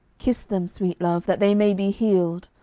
kiss them, sweet love, that they may be healed